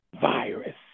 virus